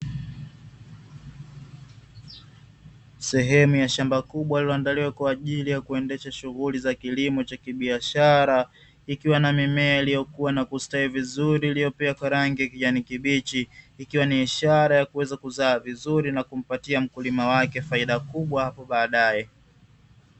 Sehemu ya shamba kubwa lililoandaliwe kwa ajili ya kuendesha shughuli za kilimo cha kibiashara ,ikiwa na mimea iliyokuwa na kustawi vizuri iliyopea kwa rangi ya kijani kibichi, ikiwa ni ishara ya kuweza kuzaa vizuri na kumpatia mkulima wake faida kubwa hapo baadaye.